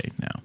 now